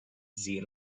zee